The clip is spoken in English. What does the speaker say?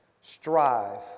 strive